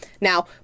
now